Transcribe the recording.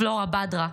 פלורה בדרה,